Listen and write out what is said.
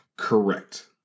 Correct